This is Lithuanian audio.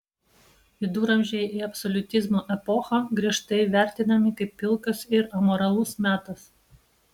viduramžiai ir absoliutizmo epocha griežtai vertinami kaip pilkas ir amoralus metas